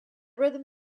rhythm